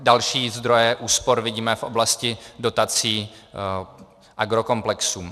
Další zdroje úspor vidíme v oblasti dotací agrokomplexům.